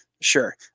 Sure